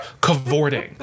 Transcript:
cavorting